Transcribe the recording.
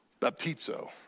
baptizo